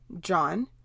John